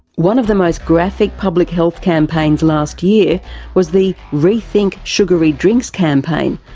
one of the most graphic public health campaigns last year was the rethink sugary drinks campaign,